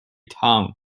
town